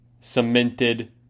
cemented